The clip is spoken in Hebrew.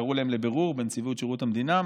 קראו להם לבירור בנציבות שירות המדינה?